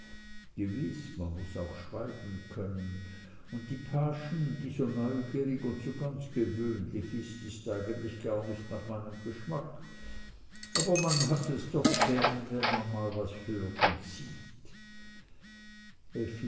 gewiß man muß auch schweigen können und die paaschen die so neugierig und so ganz gewöhnlich ist ist eigentlich gar nicht nach meinem geschmack aber man hat es doch gern wenn man mal was hört und sieht